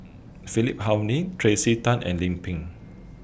Philip Hoalim Tracey Tan and Lim Pin